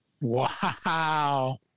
Wow